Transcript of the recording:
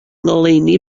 ngoleuni